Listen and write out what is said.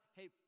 hey